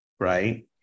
right